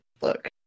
look